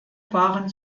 waren